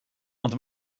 ond